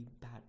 bad